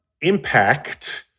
impact